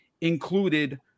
included